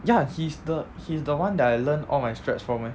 ya he's the he's the one that I learnt all my strikes from eh